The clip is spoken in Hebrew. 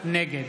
נגד